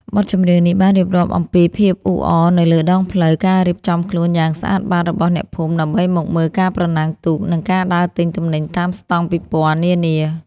បទចម្រៀងនេះបានរៀបរាប់អំពីភាពអ៊ូអរនៅលើដងផ្លូវ ការរៀបចំខ្លួនយ៉ាងស្អាតបាតរបស់អ្នកភូមិដើម្បីមកមើលការប្រណាំងទូក និងការដើរទិញទំនិញតាមស្តង់ពិព័រណ៍នានា។